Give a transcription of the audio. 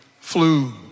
flew